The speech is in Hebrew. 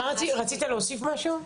רצית להוסיף משהו?